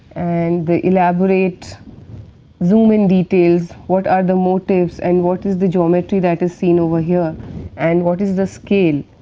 and the elaborate zoom-in details, what are the motifs and what is the geometry that is seen over here and what is the scale.